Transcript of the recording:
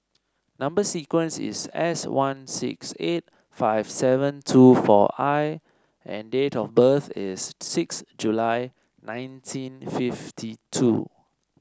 number sequence is S one six eight five seven two four I and date of birth is six July nineteen fifty two